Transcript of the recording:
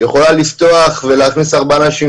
יכולה לפתוח ולהכניס ארבעה אנשים,